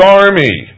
army